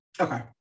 okay